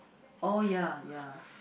oh ya ya